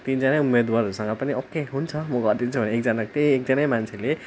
तिनजना उम्मेदवारहरूसँग पनि ओके हुन्छ म गरिदिन्छु भनेर एकजना त्यही एकजना मान्छेले